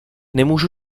nemůžu